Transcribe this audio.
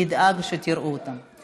נדאג שתראו אותם.